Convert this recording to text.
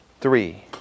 three